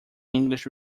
english